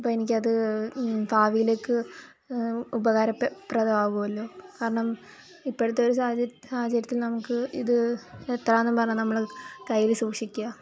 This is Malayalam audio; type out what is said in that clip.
അപ്പോൾ എനിക്കത് ഭാവിയിലേക്ക് ഉപകാരപ്രദം പ്രദാവോലോ കാരണം ഇപ്പോഴത്തെ ഒരു സാഹചര്യം സാഹചര്യത്തിൽ നമുക്ക് ഇത് എത്രാന്നും പറഞ്ഞാൽ നമ്മൾ അത് കയ്യിൽ സൂക്ഷിക്കുക